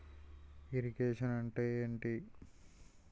Irrigation అంటే ఏంటీ?